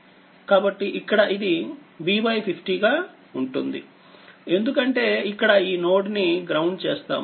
కాబట్టిఇక్కడ ఇదిV50 గా ఉంటుందిఎందుకంటే ఇక్కడ ఈ నోడ్ ని గ్రౌండ్ చేస్తాము